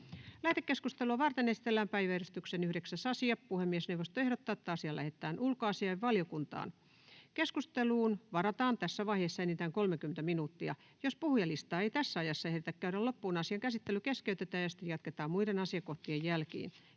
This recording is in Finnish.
Lähetekeskustelua varten esitellään päiväjärjestyksen 9. asia. Puhemiesneuvosto ehdottaa, että asia lähetetään ulkoasiainvaliokuntaan. Keskusteluun varataan tässä vaiheessa enintään 30 minuuttia. Jos puhujalistaa ei tässä ajassa ehditä käydä loppuun, asian käsittely keskeytetään ja sitä jatketaan muiden asiakohtien jälkeen.